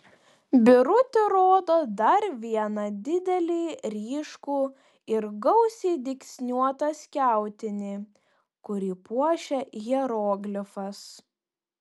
birutė rodo dar vieną didelį ryškų ir gausiai dygsniuotą skiautinį kurį puošia hieroglifas